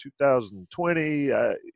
2020